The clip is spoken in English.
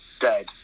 dead